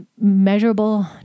measurable